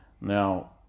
Now